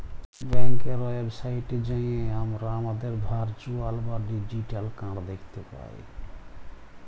ব্যাংকের ওয়েবসাইটে যাঁয়ে আমরা আমাদের ভারচুয়াল বা ডিজিটাল কাড় দ্যাখতে পায়